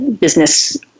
business